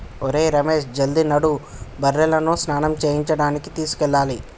ఒరేయ్ రమేష్ జల్ది నడు బర్రెలను స్నానం చేయించడానికి తీసుకెళ్లాలి